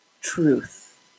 Truth